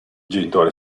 genitori